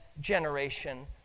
generation